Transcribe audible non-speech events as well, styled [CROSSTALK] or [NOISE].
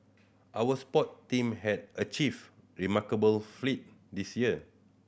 our sport team have achieved remarkable [UNINTELLIGIBLE] this year